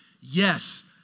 yes